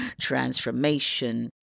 transformation